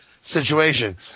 situation